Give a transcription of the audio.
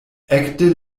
ekde